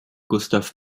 gustav